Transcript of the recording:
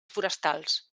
forestals